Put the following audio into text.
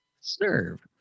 serve